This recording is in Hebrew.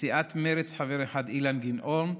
לסיעת מרצ חבר אחד, אילן גילאון,